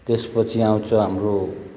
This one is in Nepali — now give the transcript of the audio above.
त्यसपछि आउँछ हाम्रो